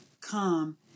come